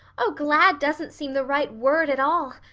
oh, glad doesn't seem the right word at all.